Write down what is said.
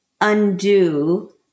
undo